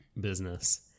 business